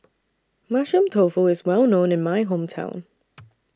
Mushroom Tofu IS Well known in My Hometown